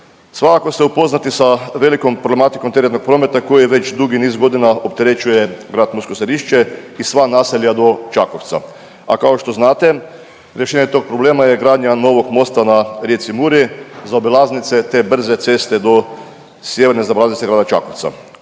Svakako ste upoznati sa velikom problematikom teretnog prometa koji već dugi niz godina opterećuje grad Mursko Središće i sva naselja do Čakovca, a kao što znate rješenje tog problema je gradnja novog mosta na rijeci Muri, zaobilaznice te brze ceste do sjeverne zaobilaznice grada Čakovca.